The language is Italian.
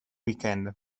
weekend